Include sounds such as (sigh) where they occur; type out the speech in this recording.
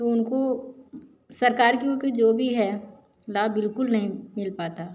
तो उनको सरकार के (unintelligible) जो भी है लाभ बिल्कुल नहीं मिल पाता